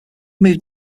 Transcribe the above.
moved